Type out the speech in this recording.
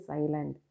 island